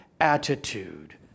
attitude